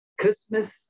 christmas